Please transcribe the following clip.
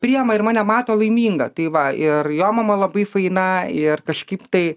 priima ir mane mato laimingą tai va ir jo mama labai faina ir kažkaip tai